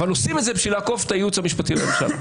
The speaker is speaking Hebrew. אבל עושים את זה בשביל לעקוף את הייעוץ המשפטי לממשלה.